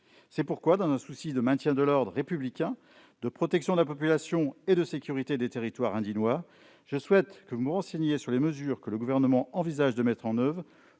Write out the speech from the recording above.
C'est pourquoi, dans un souci de maintien de l'ordre républicain, de protection de la population et de sécurité des territoires aindinois, je souhaite que vous me renseigniez sur les mesures que le Gouvernement envisage de mettre en oeuvre